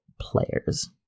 players